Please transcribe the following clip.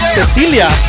Cecilia